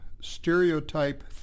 stereotype